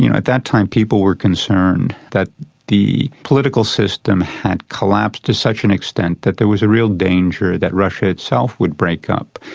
you know at that time people were concerned that the political system had collapsed to such an extent that there was a real danger that russia itself would break up,